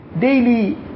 daily